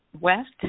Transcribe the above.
west